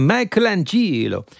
Michelangelo